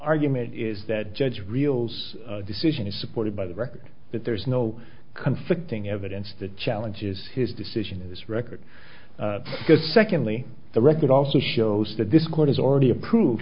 argument is that judge reels decision is supported by the record but there's no conflicting evidence that challenges his decision in this record because secondly the record also shows that this court has already approved